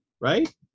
right